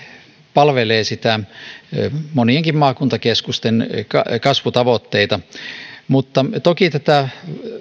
palvelevat monienkin maakuntakeskusten kasvutavoitteita mutta toki tätä